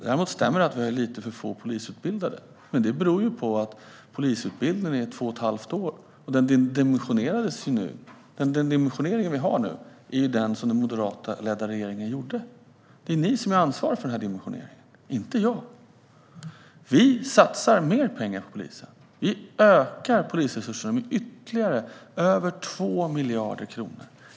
Däremot stämmer det att vi har lite för få polisutbildade, men det beror på att polisutbildningen tar två och ett halvt år, och den dimensionering vi har nu är den som den moderatledda regeringen gjorde. Det är ni som bär ansvar för dimensioneringen, Ellen Juntti, inte jag. Vi satsar mer pengar på polisen. Vi ökar polisresurserna med ytterligare över 2 miljarder kronor.